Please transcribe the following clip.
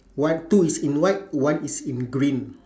one two is in white one is in green